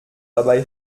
dabei